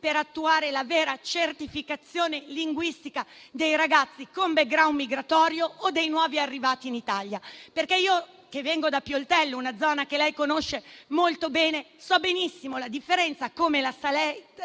per attuare la vera certificazione linguistica dei ragazzi con *background* migratorio o dei nuovi arrivati in Italia, perché io che vengo da Pioltello, una zona che lei conosce molto bene, conosco benissimo la situazione, come la conosce